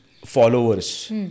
Followers